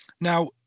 Now